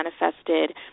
manifested